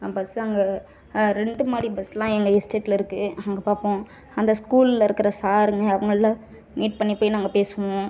பஸ்ங்க ரெண்டு மாடி பஸ்லாம் எங்கள் எஸ்டேட்டில் இருக்கு அங்கே பார்ப்போம் அந்த ஸ்கூலில் இருக்கிற சார்ருங்க அவங்கலாம் மீட் பண்ணி போய் நாங்கள் பேசுவோம்